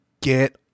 get